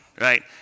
right